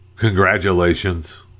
Congratulations